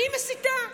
אני מסיתה?